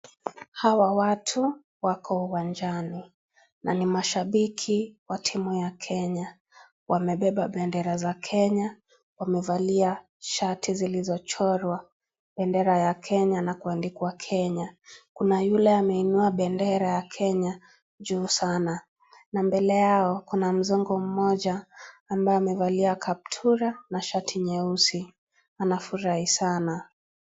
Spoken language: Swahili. Hawa watu wako uwanjani na ni mashabiki wa timu ya Kenya. Wamebeba bendera za Kenya, wamevalia shati zilizochorwa bendera ya Kenya na kuandikwa Kenya. Kuna yule ameinua bendera ya kenya juu sana na mbele yao kuna mzungu mmoja ambaye amevalia kaptura na shati nyeusi, anafurahi sana.